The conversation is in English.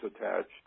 attached